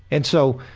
and so,